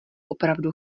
opravdu